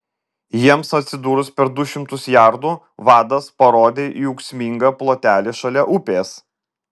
jiems atsidūrus per du šimtus jardų vadas parodė į ūksmingą plotelį šalia upės